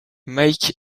mike